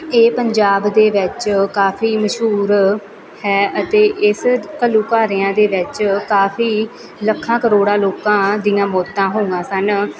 ਇਹ ਪੰਜਾਬ ਦੇ ਵਿੱਚ ਕਾਫ਼ੀ ਮਸ਼ਹੂਰ ਹੈ ਅਤੇ ਇਸ ਘੱਲੂਘਾਰਿਆਂ ਦੇ ਵਿੱਚ ਕਾਫ਼ੀ ਲੱਖਾਂ ਕਰੋੜਾਂ ਲੋਕਾਂ ਦੀਆਂ ਮੌਤਾਂ ਹੋਈਆਂ ਸਨ